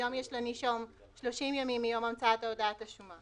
היום יש לנישום 30 ימים מיום המצאת הודעת השומה.